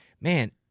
man